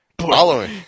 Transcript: Following